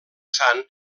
sant